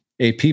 AP